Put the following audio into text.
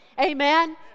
amen